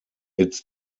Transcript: its